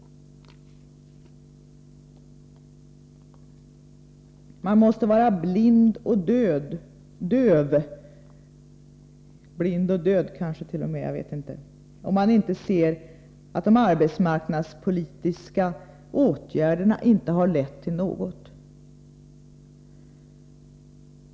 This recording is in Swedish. Man måste vara blind och döv — blind och död kanske t.o.m., jag vet inte — om man inte ser att de arbetsmarknadspolitiska åtgärderna inte har lett till något.